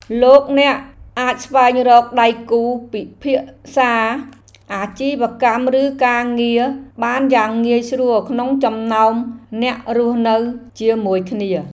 លោកអ្នកអាចស្វែងរកដៃគូពិភាក្សាអាជីវកម្មឬការងារបានយ៉ាងងាយស្រួលក្នុងចំណោមអ្នករស់នៅជាមួយគ្នា។